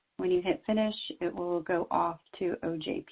when you hit finish, it will will go off to ojp.